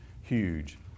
huge